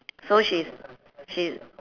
so she is she is